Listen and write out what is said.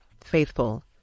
faithful